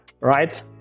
Right